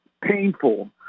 painful